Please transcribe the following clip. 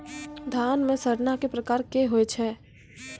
धान म सड़ना कै प्रकार के होय छै?